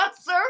sir